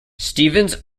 stevens